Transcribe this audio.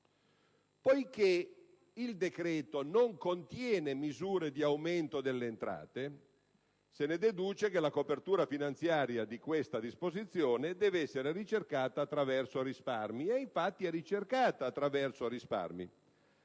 Poiché il decreto-legge non contiene misure di aumento delle entrate, se ne deduce che la copertura finanziaria di questa disposizione debba essere ricercata attraverso risparmi.